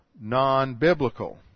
non-biblical